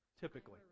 typically